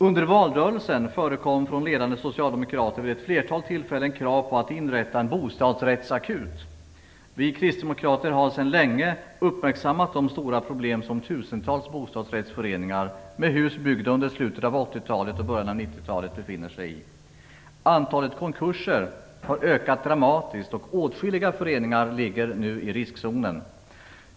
Under valrörelsen förekom från ledande socialdemokrater vid ett flertal tillfällen krav på att inrätta en bostadsrättsakut. Vi kristdemokrater har sedan länge uppmärksammat de stora problem som tusentals bostadsrättsföreningar med hus byggda under slutet av 1980-talet och början av 1990-talet befinner sig i. Antalet konkurser har ökat dramatiskt och åtskilliga föreningar ligger nu i riskzonen.